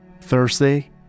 Thursday